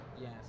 yes